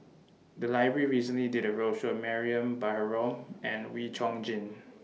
The Library recently did A roadshow on Mariam Baharom and Wee Chong Jin